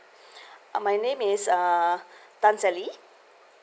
uh my name is uh tan sally